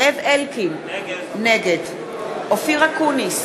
נגד אופיר אקוניס